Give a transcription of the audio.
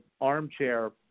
armchair